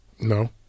No